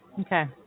Okay